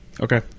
Okay